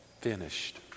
finished